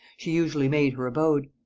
she usually made her abode.